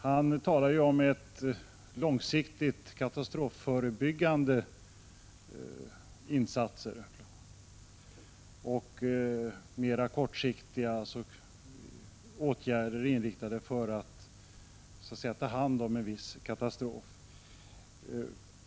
Han talar ju om långsiktiga, katastrofförebyg & ernadionell ö Ra ä Sör utvecklingssamarbete gande insatser och mera kortsiktiga åtgärder, inriktade på att ta hand om en re viss katastrof.